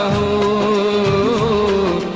who